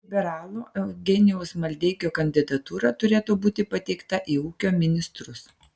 liberalo eugenijaus maldeikio kandidatūra turėtų būti pateikta į ūkio ministrus